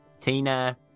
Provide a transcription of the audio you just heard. Tina